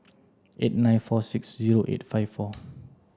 eight nine four six zero eight five four